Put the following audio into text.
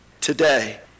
today